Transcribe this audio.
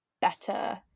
better